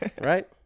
right